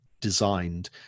designed